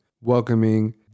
welcoming